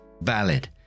valid